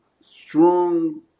strong